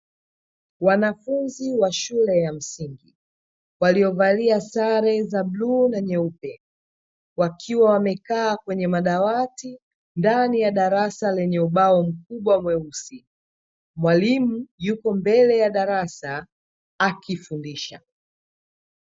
Wanafunzi wa shule ya msingi waliovalia sare za buluu na nyeupe, wakiwa wamekaa kwenye madawati ndani ya darasa lenye ubao mkubwa mweusi. Mwalimu yupo mbele ya darasa akifundisha.